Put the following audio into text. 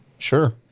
Sure